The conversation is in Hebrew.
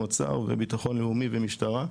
אוצר וביטחון לאומי ומשטרה,